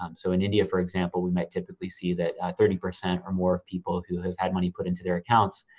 um so in india, for example, we might typically see that thirty percent or more of people who have had money put into their accounts,